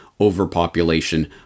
overpopulation